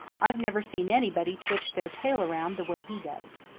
i've never seen anybody twitch their tail around the way he does.